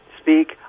speak